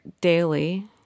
daily